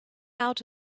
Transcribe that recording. out